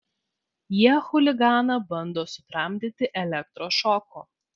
jie chuliganą bando sutramdyti elektros šoku